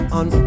on